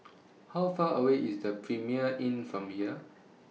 How Far away IS The Premier Inn from here